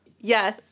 yes